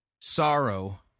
sorrow